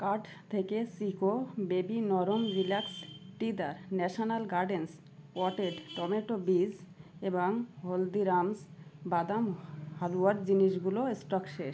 cart থেকে সিকো baby নরম relax teether national gardens potted tomato বীজ এবাং হলদিরামস বাদাম হালুয়ার জিনিসগুলো স্টক শেষ